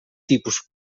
tipus